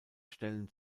stellen